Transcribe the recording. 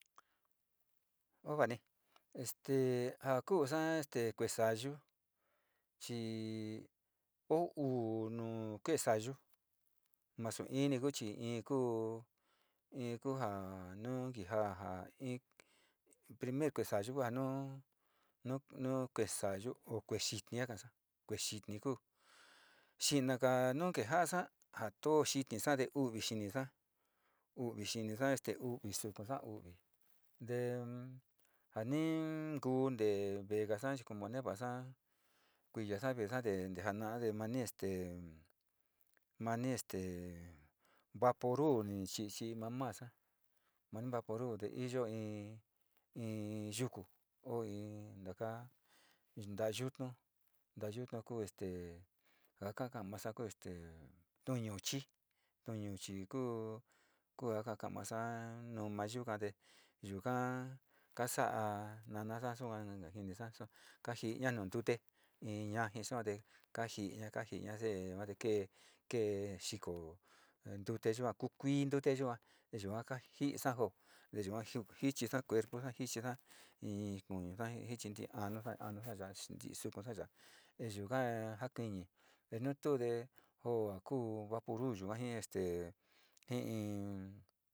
O vani este ja kuusa kue saayu chi o uu nu kue'e sayu masu ini kuu chi, in kuu, in kuu nu kija'a ja ik, primer kuesayu va nuu nu, nu kue'e saayu o kue'e xini kuu xinaga nu kejasa atoo xitisa te u'uvi xinsa uvi simisa, u'u sukusa, u'uvitee ja ni nku ntee veega sa como nevasa kuiyosa veesate ja na'a ne este mani este vapuru ni, chi, chi mamasa mani vapurru yo in in yuku o in taka yutnu, ntaa yutnu ja kaka'a, masa kuu este tuñuchi tuno chi ikuu ku kaka masa numa yukate yuka casada namasa sua jinisa ja sua kajiña nu ntute te in yaji sua jiño kaajiña, kaji ña yuate kee, kee xiko tute yua ku kui ntute yua, te yua kajisa jo te yua jichi ne cuerpo jichisa in in kuñu, anus, anusa, anusa ya chi inti'i sukasoi se'e ya in yu jee kuini te nutu te jo kuu ko vaporub yuga ji este ji'in.